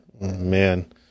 man